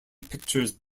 pictures